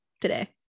today